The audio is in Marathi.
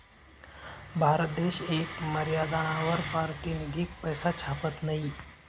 भारत देश येक मर्यादानावर पारतिनिधिक पैसा छापत नयी